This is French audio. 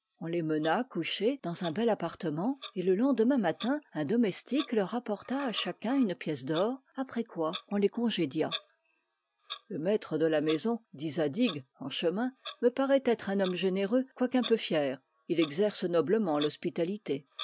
on les mena coucher dans un bel appartement et le lendemain matin un domestique leur apporta à chacun une pièce d'or après quoi on les congédia le maître de la maison dit zadig en chemin me paraît être un homme généreux quoique un peu fier il exerce noblement l'hospitalité